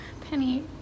Penny